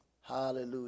Hallelujah